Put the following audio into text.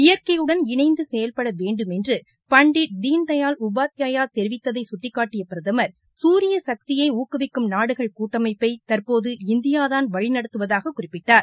இயற்கையுடன் இணைந்து செயல்பட வேண்டுமென்று பண்டிட் தீன்தயாள் உபாத்யாயா தெரிவித்ததை கட்டிக்காட்டிய பிரதமா் சூரிய சக்தினய ஊக்குவிக்கும் நாடுகள் கூட்டமைப்பை தற்போது இந்தியாதான் வழிநடத்துவதாக குறிப்பிட்டார்